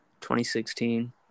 2016